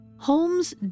Holmes